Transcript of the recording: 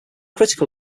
critical